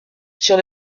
sur